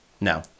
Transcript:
No